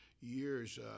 years